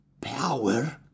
power